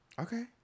okay